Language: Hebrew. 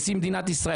זה נשיא מדינת ישראל.